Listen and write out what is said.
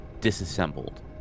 disassembled